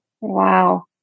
wow